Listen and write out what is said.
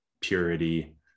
purity